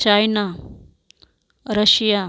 China Russia